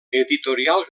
editorial